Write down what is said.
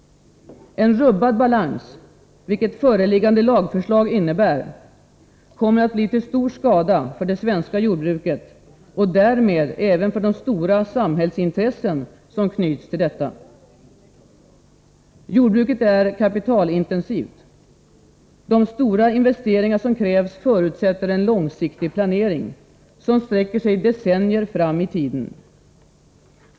En rubbad balans —- vilket föreliggande lagförslag innebär — kommer att bli till stor skada för det svenska jordbruket och därmed även för de stora samhällsintressen som knyts till detta. Jordbruket är kapitalintensivt. De stora investeringar som krävs förutsätter en långsiktig planering, som sträcker sig decennier fram i tiden.